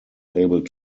able